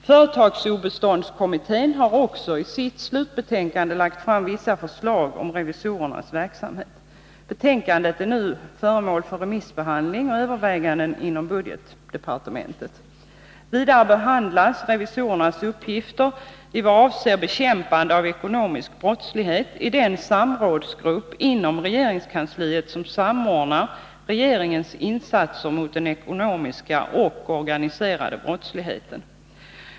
Företagsobeståndskommittén har också i sitt slutbetänkande lagt fram vissa förslag om revisorernas verksamhet. Betänkandet är nu föremål för remissbehandling och överväganden inom budgetdepartementet. Vidare behandlas revisorernas uppgifter i vad avser bekämpande av ekonomisk brottslighet i den samrådsgrupp inom regeringskansliet som samordnar regeringens insatser mot den ekonomiska och organiserade brottsligheten.